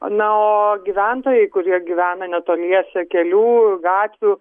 na o gyventojai kurie gyvena netoliese kelių gatvių